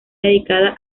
dedicada